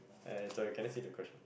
uh sorry can I see the question